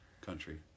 country